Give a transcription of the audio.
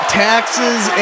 taxes